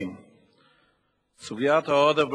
החינוך,